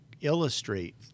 illustrate